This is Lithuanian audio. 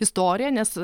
istorija nes